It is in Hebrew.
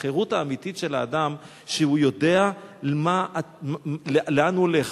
החירות האמיתית של האדם היא שהוא יודע לאן הוא הולך,